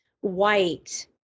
white